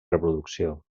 reproducció